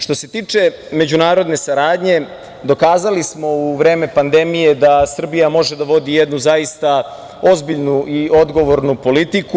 Što se tiče međunarodne saradnje, dokazali smo u vreme pandemije da Srbija može da vodi jednu zaista ozbiljnu i odgovornu politiku.